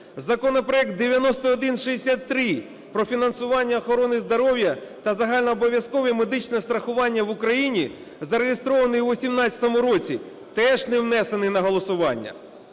Законопроект 9163 про фінансування охорони здоров'я та загальнообов'язкове медичне страхування в Україні, зареєстрований у 18-му році, теж не внесений на голосування.